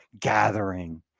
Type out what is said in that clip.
gathering